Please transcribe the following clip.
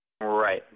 Right